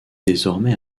désormais